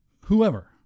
whoever